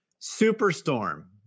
Superstorm